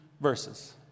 verses